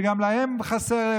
שגם להם חסר,